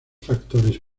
factores